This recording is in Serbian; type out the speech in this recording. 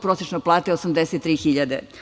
Prosečna plata 83.000.